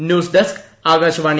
news desk Akashvani